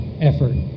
effort